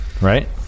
right